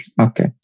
Okay